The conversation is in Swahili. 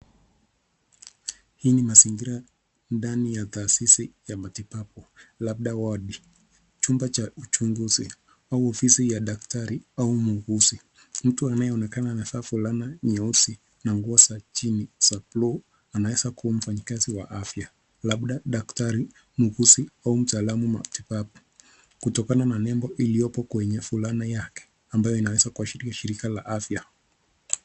Hii ni mazingira ndani ya taasisi ya matibabu labda wodi, chumba cha uchunguzi au ofisi ya daktari au muuguzi. Mtu anayeonekana amevaa fulana nyeusi na nguo za chini za buluu anaweza kuwa mfanyikazi wa afya labda daktari, muuguzi au mtaalamu wa matibabu, kutokana na nembo iliyopo kwenye fulana yake ambayo inaweza kuashiria shirika la afya.